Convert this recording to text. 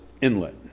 inlet